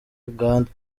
uganda